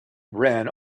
ran